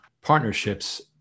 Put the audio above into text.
partnerships